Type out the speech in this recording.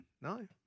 No